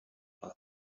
plot